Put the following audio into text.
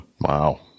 Wow